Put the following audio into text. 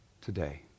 today